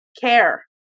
care